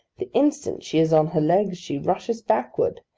the instant she is on her legs, she rushes backward.